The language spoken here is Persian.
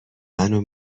منو